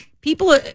people